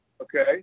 Okay